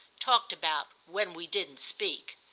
talked about when we didn't speak.